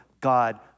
God